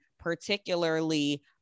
particularly